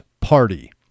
party